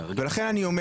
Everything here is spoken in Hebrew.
לכן אני אומר